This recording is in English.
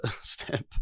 step